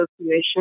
Association